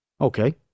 Okay